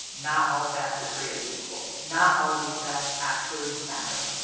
not all stats are created equal. not all of these stats actually matter.